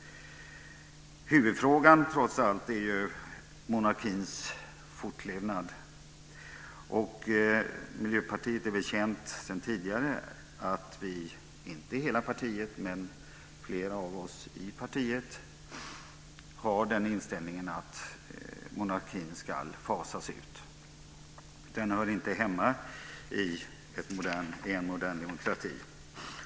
Huvudfrågan är trots allt monarkins fortlevnad. Det är väl känt sedan tidigare att Miljöpartiet - inte hela partiet, men väl många av oss i partiet - har inställningen att monarkin ska fasas ut. Den hör inte hemma i en modern demokrati.